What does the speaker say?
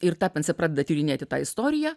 ir tapensė pradeda tyrinėti tą istoriją